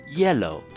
yellow